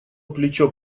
плечо